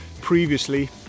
previously